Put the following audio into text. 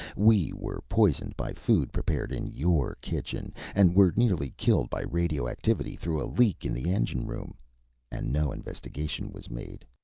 we were poisoned by food prepared in your kitchen, and were nearly killed by radioactivity through a leak in the engine-room and no investigation was made.